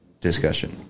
discussion